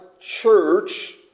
church